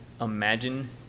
imagine